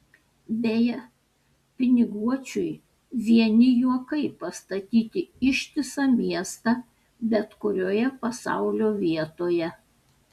beje piniguočiui vieni juokai pastatyti ištisą miestą bet kurioje pasaulio vietoje